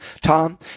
Tom